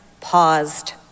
paused